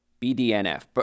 BDNF